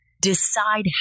decide